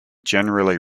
generally